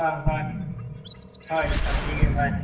ꯍꯣꯏ ꯍꯣꯏ ꯍꯣꯏ ꯇꯝꯕꯤꯒꯦ ꯍꯣꯏ